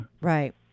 Right